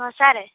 ହଁ ସାର୍